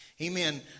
Amen